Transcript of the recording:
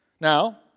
Now